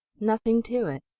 nothing to it!